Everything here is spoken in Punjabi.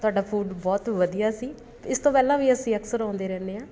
ਤੁਹਾਡਾ ਫੂਡ ਬਹੁਤ ਵਧੀਆ ਸੀ ਇਸ ਤੋਂ ਪਹਿਲਾਂ ਵੀ ਅਸੀਂ ਅਕਸਰ ਆਉਂਦੇ ਰਹਿੰਦੇ ਹਾਂ